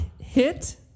hit